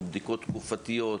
או בדיקות תקופתיות,